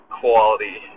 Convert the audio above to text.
quality